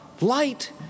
light